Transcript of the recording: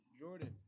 Jordan